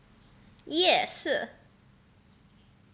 yes sure